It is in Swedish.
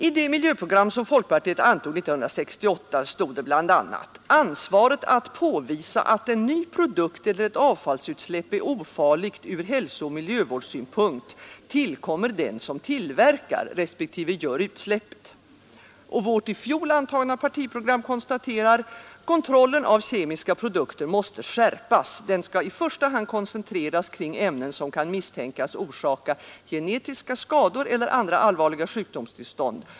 I det miljöprogram som folkpartiet antog 1968 stod det bl.a.: ”Ansvaret att påvisa att en ny produkt eller ett avfallsutsläpp är ofarligt ur hälsooch miljövårdssynpunkt tillkommer den som tillverkar, respek tive gör utsläppet.” Vårt i fjol antagna partiprogram konstaterar: ”Kontrollen av kemiska produkter måste skärpas. Den skall i första hand koncentreras kring ämnen som kan misstänkas orsaka genetiska skador eller andra allvarliga sjukdomstillstånd.